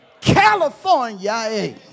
California